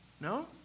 No